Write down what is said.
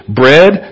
bread